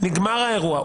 נגמר האירוע,